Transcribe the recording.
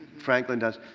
franklin does,